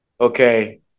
Okay